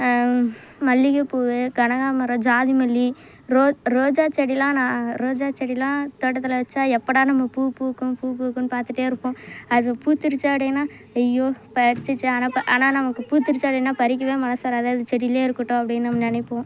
மல்லிகை பூ கனகாமரம் ஜாதி மல்லி ரோ ரோஜா செடியெலாம் நா ரோஜா செடியெலாம் தோட்டத்தில் வைச்சா எப்படா நம்ம பூ பூக்கும் பூ பூக்கும்னு பார்த்துட்டே இருப்போம் அது பூத்துருச்சு அப்படின்னா ஐயோ பறிச்சிச்சு ஆனால் ஆனால் நமக்கு பூத்துருச்சு அப்படின்னா பறிக்கவே மனது வராது அது செடியிலியே இருக்கட்டும் அப்படின்னு நம்ப நினைப்போம்